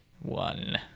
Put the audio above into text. One